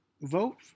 vote